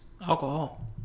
Alcohol